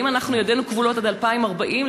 האם ידינו כבולות עד 2040?